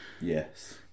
Yes